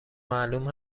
معلوم